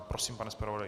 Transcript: Prosím, pane zpravodaji.